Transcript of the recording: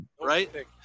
right